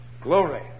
Glory